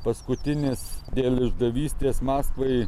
paskutinis dėl išdavystės maskvai